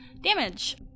damage